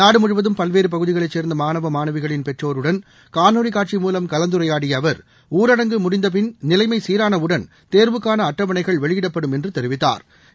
நாடு முழுவதும் பல்வேறு பகுதிகளை சேர்ந்த மாணவ மாணவிகளின் பெற்றோருடன் காணொலி காட்சி மூலம் கலந்துரையாடிய அவா் ஊரடங்கு முடிந்த நிலைமை சீரானவுடன் தேர்வுக்காள அட்டவணைகள் வெளியிடப்படும் என்று தெரிவித்தாா்